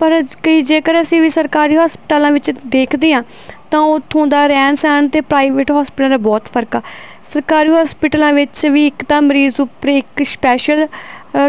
ਪਰ ਕਈ ਜੇਕਰ ਅਸੀਂ ਵੀ ਸਰਕਾਰੀ ਹਸਪਤਾਲਾਂ ਵਿੱਚ ਦੇਖਦੇ ਹਾਂ ਤਾਂ ਉੱਥੋਂ ਦਾ ਰਹਿਣ ਸਹਿਣ ਅਤੇ ਪ੍ਰਾਈਵੇਟ ਹੋਸਪੀਟਲਾਂ ਦਾ ਬਹੁਤ ਫਰਕ ਆ ਸਰਕਾਰੀ ਹੋਸਪੀਟਲਾਂ ਵਿੱਚ ਵੀ ਇੱਕ ਤਾਂ ਮਰੀਜ਼ ਉੱਪਰ ਇੱਕ ਸਪੈਸ਼ਲ